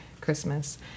Christmas